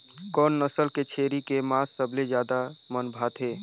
कोन नस्ल के छेरी के मांस सबले ज्यादा मन भाथे?